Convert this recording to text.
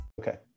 Okay